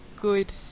good